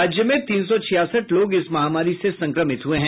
राज्य में तीन सौ छियासठ लोग इस महामारी से संक्रमित हुये हैं